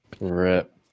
RIP